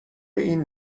این